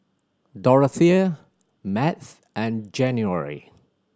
Dorathea Math and January